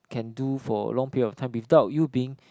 can do for long period of time without you being